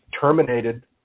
terminated